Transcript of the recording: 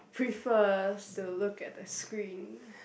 prefers to look at the screen